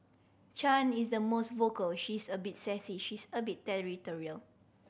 Chan is the most vocal she is a bit sassy she's a bit territorial